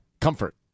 Comfort